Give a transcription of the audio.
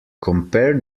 compare